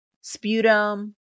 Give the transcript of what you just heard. sputum